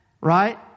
Right